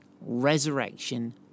resurrection